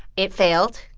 it failed.